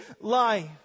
life